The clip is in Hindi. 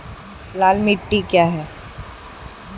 लाल मिट्टी क्या है?